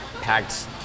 Packed